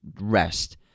rest